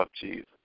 Jesus